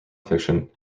fiction